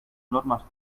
normes